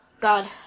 God